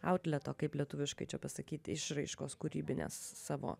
autleto kaip lietuviškai čia pasakyti išraiškos kūrybinės savo